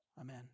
Amen